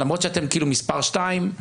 למרות שאתם כאילו מספר 2,